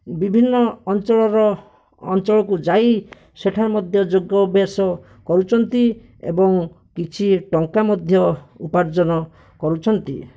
ବିଭିନ୍ନ ଅଞ୍ଚଳର ଅଞ୍ଚଳକୁ ଯାଇ ସେଠାରୁ ମଧ୍ୟ ଯୋଗ ଅଭ୍ୟାସ କରୁଛନ୍ତି ଏବଂ କିଛି ଟଙ୍କା ମଧ୍ୟ ଉପାର୍ଜନ କରୁଛନ୍ତି